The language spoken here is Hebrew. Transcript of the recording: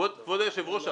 כבוד היושב-ראש,